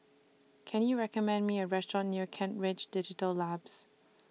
Can YOU recommend Me A Restaurant near Kent Ridge Digital Labs